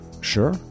Sure